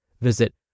Visit